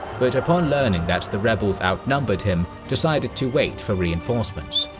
but upon learning that the rebels outnumbered him decided to wait for reinforcements.